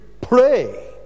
pray